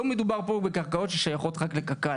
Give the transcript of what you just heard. לא מדובר פה בקרקעות ששייכות רק לקק"ל,